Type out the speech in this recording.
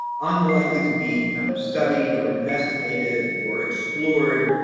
unlikely to be studied or investigated or explored.